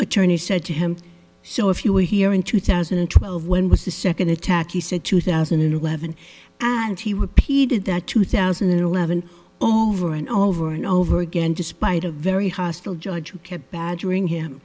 attorney said to him so if you were here in two thousand and twelve when was the second attack he said two thousand and eleven and he would p did that two thousand and eleven over and over and over again despite a very hostile judge who kept badgering him